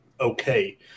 okay